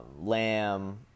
Lamb